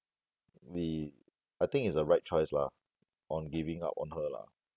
we I think it's a right choice lah on giving up on her lah